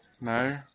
No